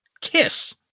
KISS